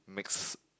mixed